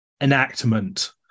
enactment